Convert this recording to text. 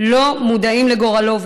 לא מודעים לגורלו,